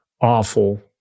awful